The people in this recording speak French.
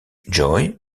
joy